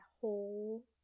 whole